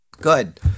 Good